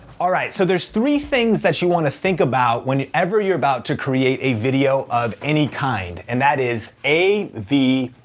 alright, so there's three things that you wanna think about whenever you're about to create a video of any kind. and that is a, v,